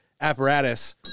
apparatus